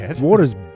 Water's